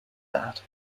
that